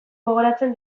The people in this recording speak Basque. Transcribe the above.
gogoratzen